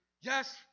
Yes